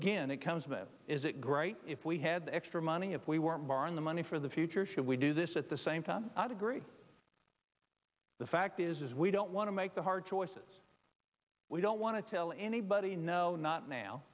again it comes with is it great if we had extra money if we weren't far the money for the future should we do this at the same time i'd agree the fact is we don't want to make the hard choices we don't want to tell anybody no not now